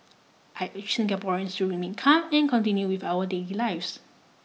I urge Singaporeans to remain calm and continue with our daily lives